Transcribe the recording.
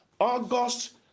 August